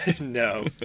No